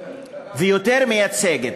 ויותר מייצגת,